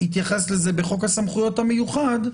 התייחס לזה בחוק הסמכויות המיוחד,